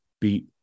beat